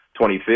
25th